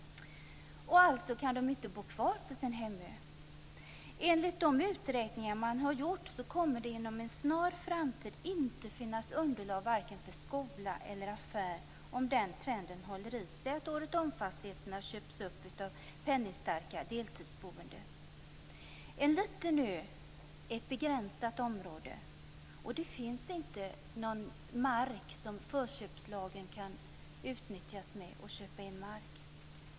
Alltså kan de inte bo kvar på sin hemö. Enligt de uträkningar som man har gjort kommer det inom en snar framtid inte att finnas underlag för vare sig skola eller affär, om trenden håller i sig att åretruntfastigheterna köps upp av penningstarka deltidsboende. Det är en liten ö, ett begränsat område, och det finns inte någon mark för vilken förköpslagen kan utnyttjas att köpa in mark.